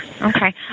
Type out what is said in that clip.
Okay